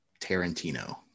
Tarantino